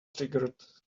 triggers